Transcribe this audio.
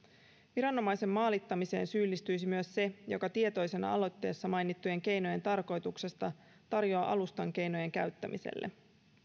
viranomaisen maalittamiseen syyllistyisi myös se joka tietoisena aloitteessa mainittujen keinojen tarkoituksesta tarjoaa alustan keinojen käyttämiselle